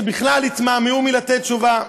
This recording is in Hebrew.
שבכלל התמהמהו במתן תשובה.